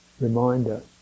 reminder